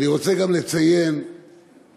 אני רוצה גם לציין ולשבח